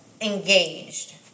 engaged